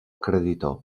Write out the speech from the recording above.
creditor